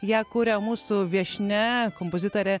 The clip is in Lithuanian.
ją kuria mūsų viešnia kompozitorė